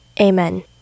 Amen